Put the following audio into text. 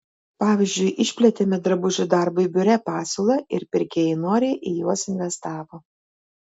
pavyzdžiui išplėtėme drabužių darbui biure pasiūlą ir pirkėjai noriai į juos investavo